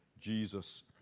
Jesus